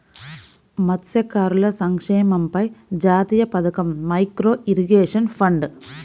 మత్స్యకారుల సంక్షేమంపై జాతీయ పథకం, మైక్రో ఇరిగేషన్ ఫండ్